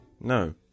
No